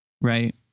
right